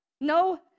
No